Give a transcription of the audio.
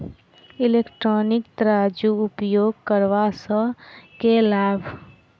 Electronic तराजू उपयोग करबा सऽ केँ लाभ?